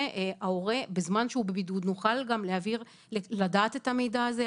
ההורה בזמן שהוא בידוד נוכל גם לדעת את המידע הזה,